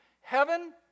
heaven